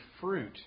fruit